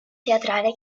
teatrale